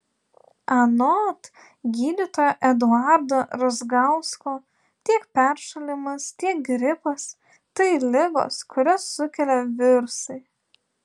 anot gydytojo eduardo razgausko tiek peršalimas tiek gripas tai ligos kurias sukelia virusai